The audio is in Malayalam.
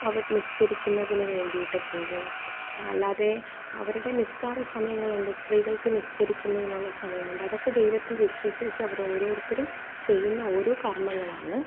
അവർ നിസ്ക്കരിക്കുന്നതിന് വേണ്ടീട്ട് പോവുകയും അല്ലാതെ അവരുടെ നിസ്ക്കാര സമയങ്ങളുണ്ട് സ്ത്രീകൾക്ക് നിസ്ക്കരിക്കുന്നതിനുള്ള സമയമുണ്ട് അതൊക്കെ ദൈവത്തിൽ വിശ്വസിച്ച് അവർ ഓരോരുത്തരും ചെയ്യുന്ന ഓരോ കർമങ്ങളാണ്